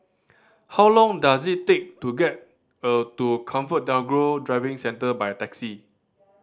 how long does it take to get a to ComfortDelGro Driving Centre by taxi